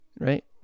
Right